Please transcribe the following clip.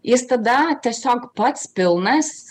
jis tada tiesiog pats pilnas